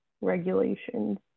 regulations